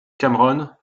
cameron